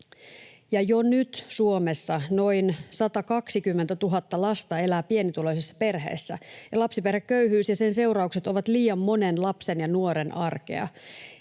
Jo nyt Suomessa noin 120 000 lasta elää pienituloisissa perheissä ja lapsiperheköyhyys ja sen seuraukset ovat liian monen lapsen ja nuoren arkea.